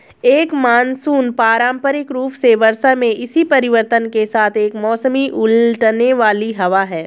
एक मानसून पारंपरिक रूप से वर्षा में इसी परिवर्तन के साथ एक मौसमी उलटने वाली हवा है